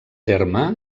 terme